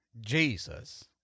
Jesus